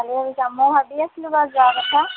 মই ভাবি আছিলোঁ বাৰু যোৱা কথা